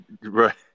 Right